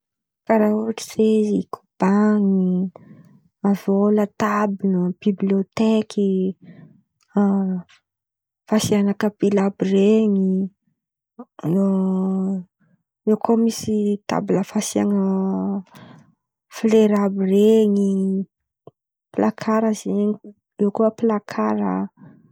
Karazan̈a fanaka ndraiky zen̈y karà ôhatra ze izy kobany, avô latabila, bibilioteky, fasiana kapila àby ren̈y eo koa misy latabila fasian̈a folera àby iren̈y pilakarà zen̈y, eo koa plakara.